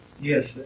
Yes